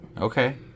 Okay